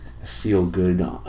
feel-good